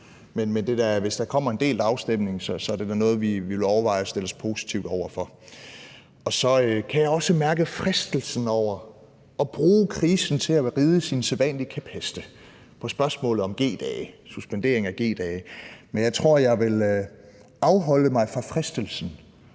Men hvis der kommer en delt afstemning, er det da noget, vi vil overveje at stille os positive over for. Så kan jeg også mærke fristelsen til at bruge krisen til at ride ens sædvanlige kæpheste i forhold til spørgsmålet om suspendering af G-dage. Men jeg tror, jeg vil afholde mig fra fristelsen